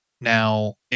now